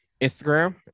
instagram